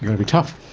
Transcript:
be tough.